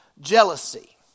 jealousy